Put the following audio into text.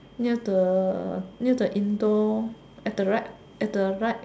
near the near the indoor at the right at the right